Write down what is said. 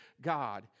God